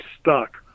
Stuck